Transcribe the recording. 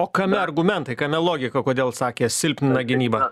o kame argumentai kame logika kodėl sakė silpnina gynybą